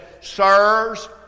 Sirs